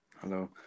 Hello